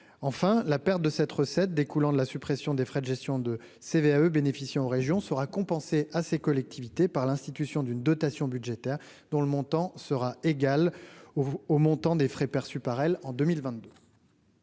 enfin, la perte de cette recette découlant de la suppression des frais de gestion de CVAE bénéficiant aux régions sera compensée à ces collectivités par l'institution d'une dotation budgétaire dont le montant sera égal au montant des frais perçus par elle en 2022.